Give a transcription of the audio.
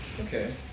Okay